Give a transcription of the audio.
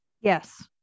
yes